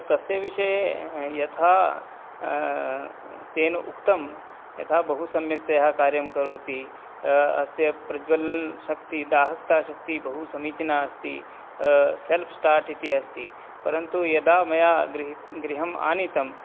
तस्य विषये यथा तेन उक्तं यथा बहुसम्यक्तया कार्यं करोति अस्य प्रज्वलशक्तिः दाहकताशक्तिः बहुसमीचीना अस्ति सेल्फ़् स्टार्ट् इति अस्ति परन्तु यदा मया गृह् गृहम् आनीतम्